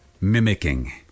Mimicking